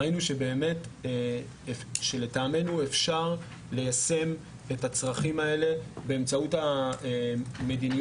ראינו שלטעמנו אפשר ליישם את הצרכים האלה באמצעות המדיניות